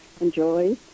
enjoy